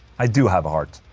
i do have a heart.